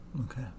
Okay